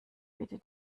bitte